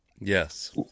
Yes